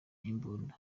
imbunda